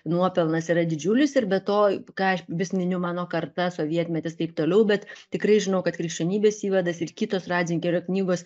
nuopelnas yra didžiulis ir be to ką aš vis miniu mano karta sovietmetis taip toliau bet tikrai žinau kad krikščionybės įvadas ir kitos ratzingerio knygos